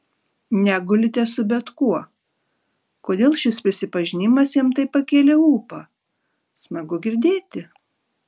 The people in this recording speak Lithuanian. negulite su bet kuo kodėl šis prisipažinimas jam taip pakėlė ūpą smagu girdėti